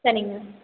சரிங்க